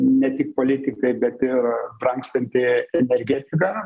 ne tik politikai bet ir brangstanti energetika